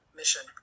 mission